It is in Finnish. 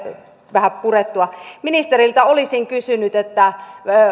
vähän purettua ministeriltä olisin kysynyt